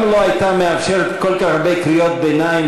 גם לא הייתה מאפשרת כל כך הרבה קריאות ביניים,